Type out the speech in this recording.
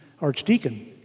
archdeacon